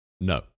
no